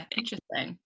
interesting